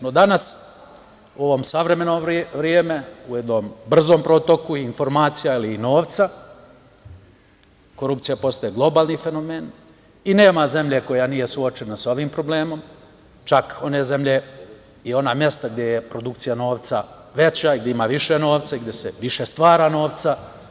No, danas u ovom savremeno vreme, u jednom brzom protoku informacija ili novca, korupcija postaje globalni fenomen i nema zemlje koja nije suočena sa ovim problemom, čak one zemlje i ona mesta gde je produkcija novca veća i gde ima više novca i gde se više stvara novca.